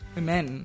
Men